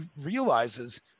realizes